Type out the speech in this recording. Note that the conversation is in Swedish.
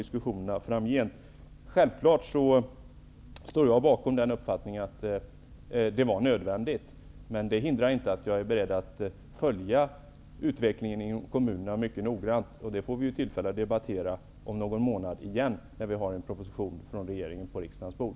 Självfallet står jag bakom uppfattningen att det var nödvändigt med dessa uppgörelser, men det hindrar inte att jag är beredd att följa utvecklingen i kommunerna mycket noggrant. Det får vi tillfälle att debattera om någon månad igen, när vi har en proposition från regeringen på riksdagens bord.